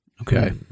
Okay